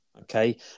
Okay